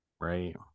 Right